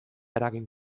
eragin